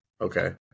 Okay